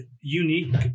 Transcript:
unique